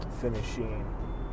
finishing